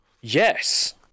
Yes